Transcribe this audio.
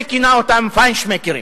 וכינה אותם "פיינשמקרים".